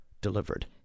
delivered